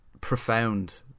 profound